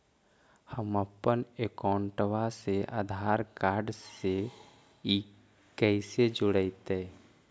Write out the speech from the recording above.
हमपन अकाउँटवा से आधार कार्ड से कइसे जोडैतै?